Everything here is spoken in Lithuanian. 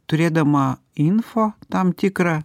turėdama info tam tikrą